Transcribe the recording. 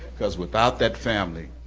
because without that family,